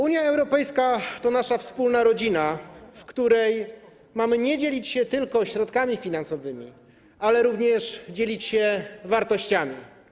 Unia Europejska to nasza wspólna rodzina, w której mamy nie dzielić się tylko środkami finansowymi, ale również dzielić się wartościami.